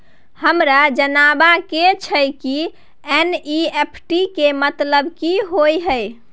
हमरा जनबा के छै की एन.ई.एफ.टी के मतलब की होए है?